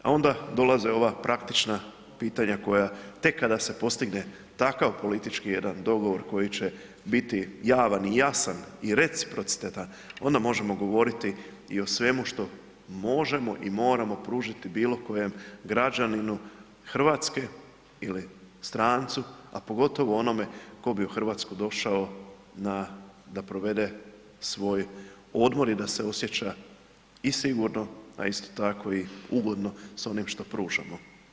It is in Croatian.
A onda dolaze ova praktična pitanja koja tek kada se postigne takav politički jedan dogovor koji će biti javan i jasan i reciprocitetan, onda možemo govoriti i o svemu što možemo i moramo pružiti bilokojem građaninu Hrvatske ili strancu a pogotovo onome ko bi u Hrvatsku došao na da provede svoj odmor i da osjeća i sigurno a isto tako i ugodno s onim što pružamo.